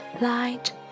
light